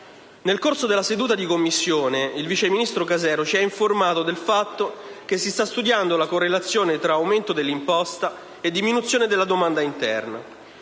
Nel corso della seduta di Commissione, il vice ministro Casero ci ha informato del fatto che si sta studiando la correlazione tra aumento dell'imposta e diminuzione della domanda interna,